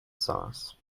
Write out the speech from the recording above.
sauce